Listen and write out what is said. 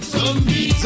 Zombie